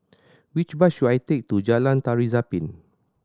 which bus should I take to Jalan Tari Zapin